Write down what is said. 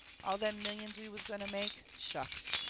all them millions we was going to make shucks!